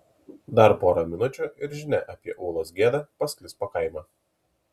dar pora minučių ir žinia apie ulos gėdą pasklis po kaimą